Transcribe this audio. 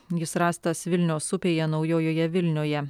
jis rastas vilnios upėje naujojoje vilnioje